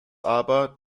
aber